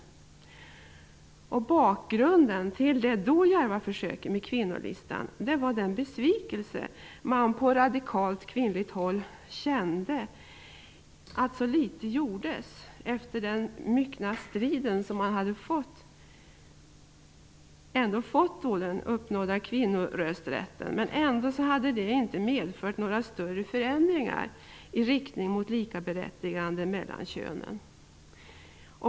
Bakgrunden till det då djärva försöket med kvinnolistan var den besvikelse som man på radikalt kvinnligt håll kände över att den efter så mycken strid uppnådda kvinnorösträtten inte hade medfört några större förändringar i riktning mot likaberättigande mellan könen.